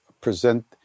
present